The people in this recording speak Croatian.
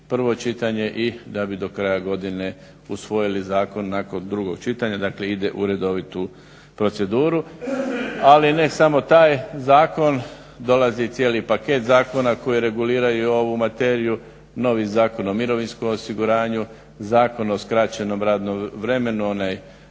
prvo čitanje i da bi do kraja godine usvojili zakon nakon drugog čitanja. Dakle ide u redovitu proceduru. Ali ne samo taj zakon, dolazi cijeli paket zakona koji reguliraju ovu materiju. Novi Zakon o mirovinskom osiguranju, Zakon o skraćenom radnom vremenu onaj